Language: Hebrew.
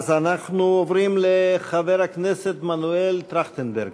אז אנחנו עוברים לחבר הכנסת מנואל טרכטנברג,